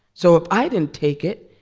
so if i didn't take it,